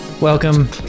Welcome